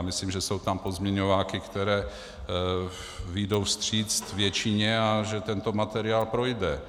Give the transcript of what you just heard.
Myslím, že jsou tam pozměňováky, které vyjdou vstříc většině, a že tento materiál projde.